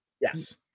Yes